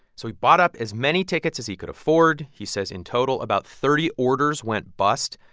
so he bought up as many tickets as he could afford. he says in total about thirty orders went bust.